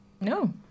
No